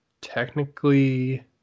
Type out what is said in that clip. technically